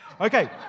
Okay